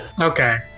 Okay